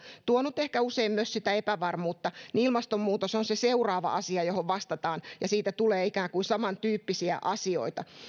tuonut ehkä usein myös sitä epävarmuutta niin ilmastonmuutos on se seuraava asia johon vastataan ja siitä tulee ikään kuin samantyyppisiä asioita